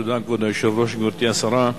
כבוד היושב-ראש, תודה, גברתי השרה,